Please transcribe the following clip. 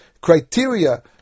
criteria